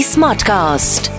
Smartcast